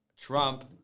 Trump